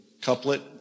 couplet